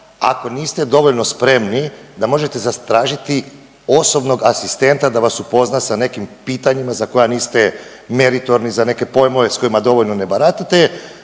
ako niste dovoljno spremni, da možete zatražiti osobnog asistenta da vas upozna sa nekim pitanjima za koja niste meritorni, za neke pojmove s kojima ne baratate,